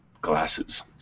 Glasses